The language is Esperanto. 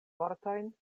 vortojn